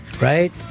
Right